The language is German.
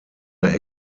der